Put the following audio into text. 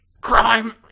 crime